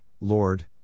Lord